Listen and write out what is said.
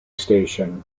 station